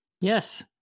Yes